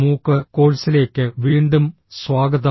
മൂക്ക് കോഴ്സിലേക്ക് വീണ്ടും സ്വാഗതം